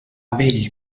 vell